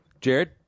Jared